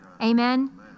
Amen